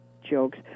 jokes